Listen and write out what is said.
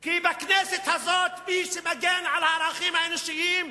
כי בכנסת הזאת מי שמגן על הערכים האנושיים,